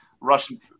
Russian